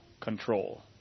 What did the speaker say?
control